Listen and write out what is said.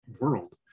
world